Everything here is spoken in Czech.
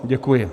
Děkuji.